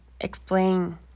explain